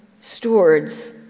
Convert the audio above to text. stewards